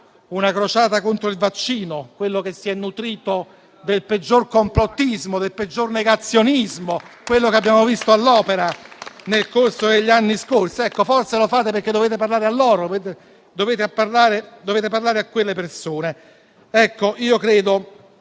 una crociata contro il vaccino, quello che si è nutrito del peggior complottismo e del peggior negazionismo, quello che abbiamo visto all'opera nel corso degli anni scorsi. Ecco, forse lo fate perché dovete parlare a loro, perché dovete parlare a quelle persone. Credo